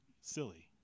silly